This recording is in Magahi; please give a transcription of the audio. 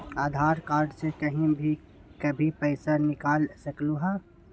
आधार कार्ड से कहीं भी कभी पईसा निकाल सकलहु ह?